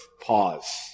Pause